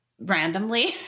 randomly